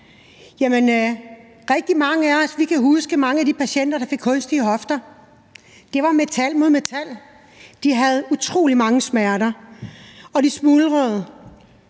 Rigtig mange af os kan huske de patienter, der fik kunstige hofter – det var metal mod metal. De havde utrolig mange smerter, og hofterne smuldrede.